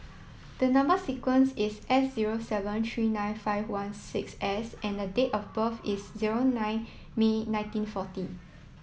the number sequence is S zero seven three nine five one six S and date of birth is zero nine May nineteen forty